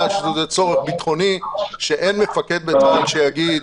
צורך ביטחוני ואין מפקד בצה"ל שיאמר